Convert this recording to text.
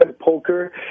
poker